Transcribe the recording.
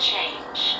change